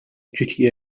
duty